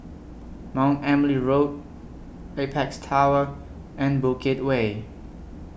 Mount Emily Road Apex Tower and Bukit Way